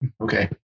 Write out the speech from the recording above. okay